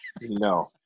No